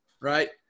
right